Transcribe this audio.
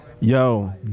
Yo